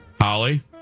Holly